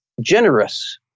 generous